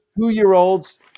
two-year-olds